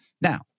Now